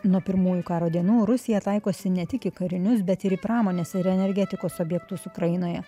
nuo pirmųjų karo dienų rusija taikosi ne tik į karinius bet ir į pramonės ir energetikos objektus ukrainoje